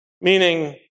Meaning